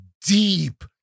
deep